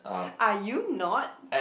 are you not